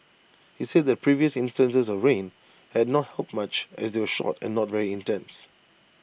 he said that previous instances of rain had not helped much as they were short and not very intense